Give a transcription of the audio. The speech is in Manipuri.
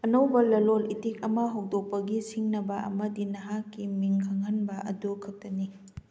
ꯑꯅꯧꯕ ꯂꯂꯣꯟ ꯏꯇꯤꯛ ꯑꯃ ꯍꯧꯗꯣꯛꯄꯒꯤ ꯁꯤꯡꯅꯕ ꯑꯃꯗꯤ ꯅꯍꯥꯛꯀꯤ ꯃꯤꯡ ꯈꯪꯍꯟꯕ ꯑꯗꯨ ꯈꯛꯇꯅꯤ